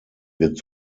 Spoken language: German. wird